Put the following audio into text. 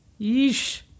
Yeesh